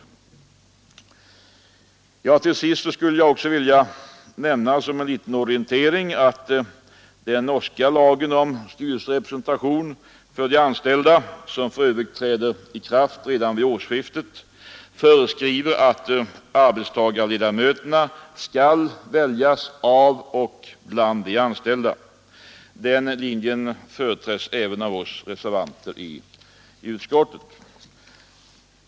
Till sist vill jag nämna som en orientering att den norska lagen om styrelserepresentation för anställda, som för övrigt träder i kraft redan vid årsskiftet, föreskriver att arbetstagarledamöterna skall väljas av och bland de anställda. Den linjen företräds även av oss reservanter i utskottet.